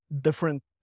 different